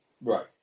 Right